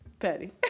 Petty